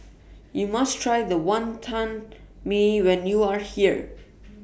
YOU must Try The Wantan Mee when YOU Are here